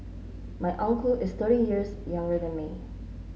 my uncle is thirty years younger than me